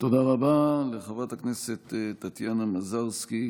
רבה לחברת הכנסת טטיאנה מזרסקי